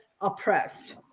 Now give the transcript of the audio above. oppressed